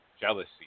jealousy